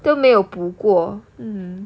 都没有补过 mm